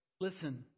Listen